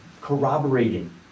corroborating